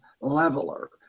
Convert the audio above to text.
leveler